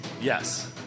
Yes